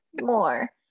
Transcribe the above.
more